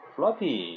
,Floppy